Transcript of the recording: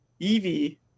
Evie